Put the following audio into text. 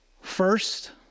First